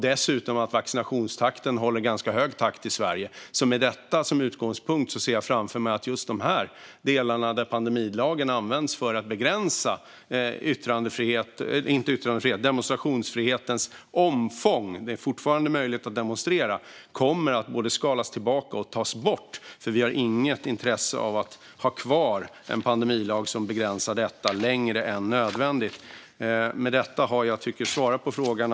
Dessutom är vaccinationstakten i Sverige ganska hög. Med detta som utgångspunkt ser jag framför mig att de delar där pandemilagen används för att begränsa demonstrationsfrihetens omfång - det är fortfarande möjligt att demonstrera - kommer att skalas ned och tas bort. Vi har inget intresse av att ha kvar en pandemilag som begränsar detta längre än nödvändigt. Med detta tycker jag att jag har svarat på frågan.